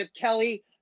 Kelly